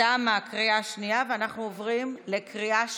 תמה קריאה שנייה, ואנחנו עוברים לקריאה שלישית,